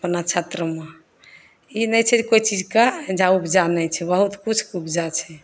अपना क्षेत्रमे ई नहि छै जे कोइ चीजके एहिजा उपजा नहि छै बहुत किछु उपजा छै